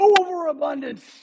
overabundance